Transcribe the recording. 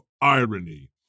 irony